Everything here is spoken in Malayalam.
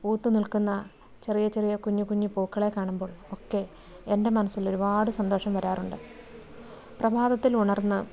പൂത്തു നിൽക്കുന്ന ചെറിയ ചെറിയ കുഞ്ഞ് കുഞ്ഞ് പൂക്കളെ കാണുമ്പോൾ ഒക്കെ എൻ്റെ മനസ്സിൽ ഒരുപാട് സന്തോഷം വരാറുണ്ട് പ്രഭാതത്തിൽ ഉണർന്ന്